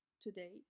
Today